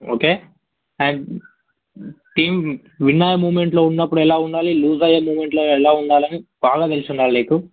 okay and team win అయ్యే మూమెంట్లో ఉన్నపుడు ఎలా ఉండాలి లూస్ అయ్యే మూమెంట్లో ఎలా ఉండాలి అని బాగా తెలిసి ఉండాలి నీకు